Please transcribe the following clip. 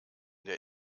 der